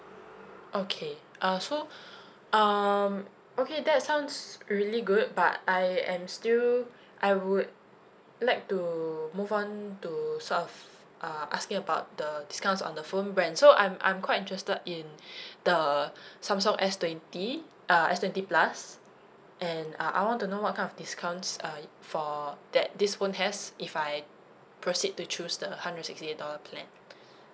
okay uh so um okay that sounds really good but I am still I would like to move on to sort of uh asking about the discounts on the phone brand so I'm I'm quite interested in the samsung S twenty uh S twenty plus and uh I want to know what kind of discounts uh for that this phone has if I proceed to choose the hundred sixty dollar plan